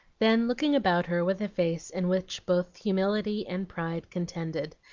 then, looking about her with a face in which both humility and pride contended,